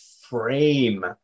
frame